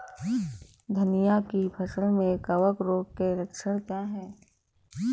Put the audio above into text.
धनिया की फसल में कवक रोग के लक्षण क्या है?